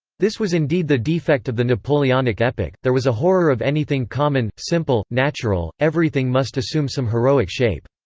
this was indeed the defect of the napoleonic epoch there was a horror of anything common, simple, natural everything must assume some heroic shape.